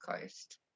Coast